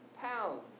pounds